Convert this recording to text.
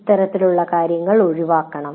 ഇത്തരത്തിലുള്ള കാര്യങ്ങൾ ഒഴിവാക്കണം